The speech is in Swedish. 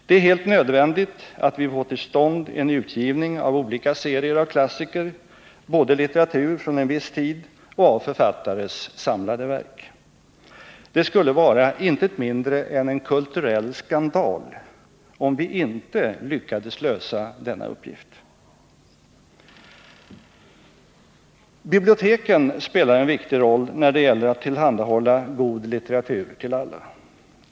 Det är helt nödvändigt att vi får till stånd en utgivning av olika serier av klassiker, både litteratur från en viss tid och författares Nr 123 samlade verk. Det skulle vara intet mindre än en kulturell skandal om vi inte lyckades lösa denna uppgift. Biblioteken spelar en viktig roll när det gäller att tillhandahålla god litteratur till alla.